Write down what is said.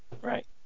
Right